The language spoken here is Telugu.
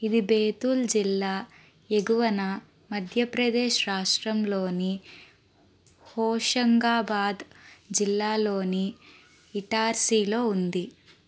ఇది బేతుల్ జిల్లా ఎగువన మధ్యప్రదేశ్ రాష్ట్రంలోని హోషంగాబాద్ జిల్లాలోని ఇటార్సీలో ఉంది